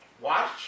Watch